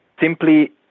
simply